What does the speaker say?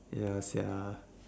ya sia